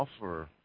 offer